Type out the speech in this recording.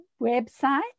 website